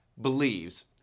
believes